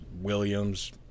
Williams